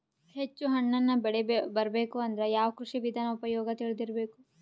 ಹೆಚ್ಚು ಹಣ್ಣನ್ನ ಬೆಳಿ ಬರಬೇಕು ಅಂದ್ರ ಯಾವ ಕೃಷಿ ವಿಧಾನ ಉಪಯೋಗ ತಿಳಿದಿರಬೇಕು?